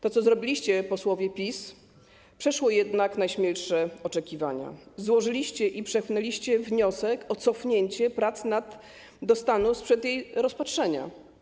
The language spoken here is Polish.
To, co zrobiliście, posłowie PiS, przeszło jedna najśmielsze oczekiwania, złożyliście i przepchnęliście wniosek o cofnięcie prac do stanu sprzed jej rozpatrzenia.